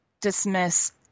dismiss